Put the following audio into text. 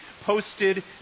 posted